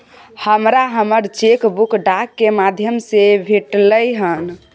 हमरा हमर cheque book डाक के माध्यम से भेटलय हन